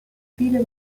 viele